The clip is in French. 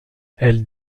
elle